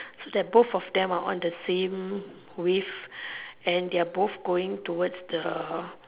so the both of them are on the same wave and they're both going towards the